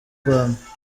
rwanda